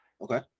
Okay